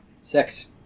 Six